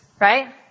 right